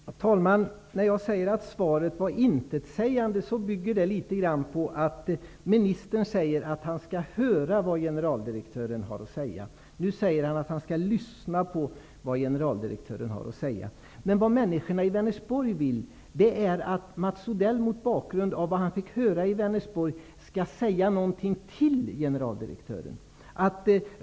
Herr talman! När jag säger att svaret är intetsägande bygger jag mitt påstående litet grand på ministerns uttalande om att han skall höra vad generaldirektören har att säga. Nu säger ministern att han skall lyssna på vad generaldirektören har att säga. Men vad människorna i Vänersborg vill är att Mats Odell, mot bakgrund av vad han fick höra i Vänersborg, säger något till generaldirektören.